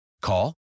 Call